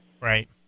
Right